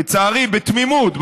לצערי, בתמימות.